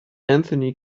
anthony